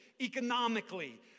economically